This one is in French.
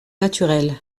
naturel